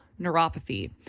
neuropathy